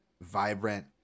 vibrant